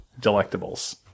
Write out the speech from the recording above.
delectables